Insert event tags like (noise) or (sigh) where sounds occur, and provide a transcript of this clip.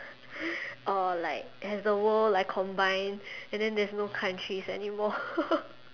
or like has the world like combined and then there's no countries anymore (laughs)